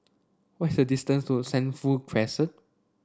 what is the distance to Sentul Crescent